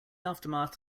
aftermath